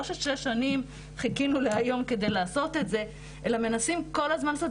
זה לא שחיכינו שש שנים להיום כדי לעשות את זה אלא מנסים כל הזמן לעשות.